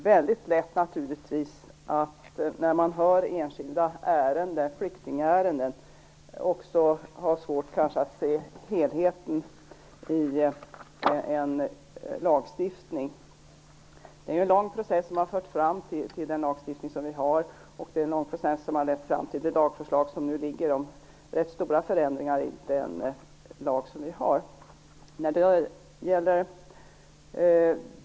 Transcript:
Fru talman! När man skall behandla enskilda flyktingärenden kan det vara väldigt svårt att se helheten i en lagstiftning. Det är en lång process som har fört fram till den lagstiftning som vi har och till de rätt stora förändringar i det lagförslag som är framlagt.